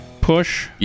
push